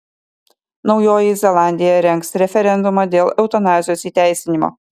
naujoji zelandija rengs referendumą dėl eutanazijos įteisinimo